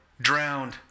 drowned